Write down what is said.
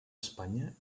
espanya